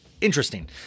Interesting